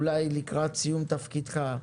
אולי לקראת סיום תפקידך,